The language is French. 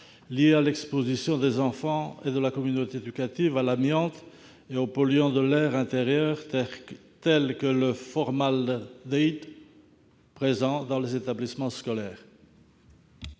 liés à l'exposition des enfants et de la communauté éducative à l'amiante et aux polluants de l'air intérieur, notamment le formaldéhyde, présent dans les établissements scolaires.